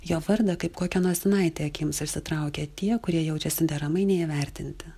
jo vardą kaip kokią nosinaitę akims išsitraukia tie kurie jaučiasi deramai neįvertinti